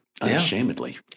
Unashamedly